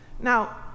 Now